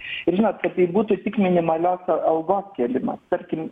šįmet tai būtų tik minimalios algos kėlimas tarkim